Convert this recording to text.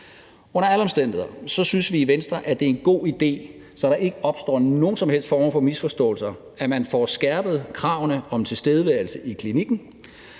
Under alle omstændigheder synes vi i Venstre, at det er en god idé, så der ikke opstår nogen som helst former for misforståelser, at man får skærpet kravene om tilstedeværelse i klinikken,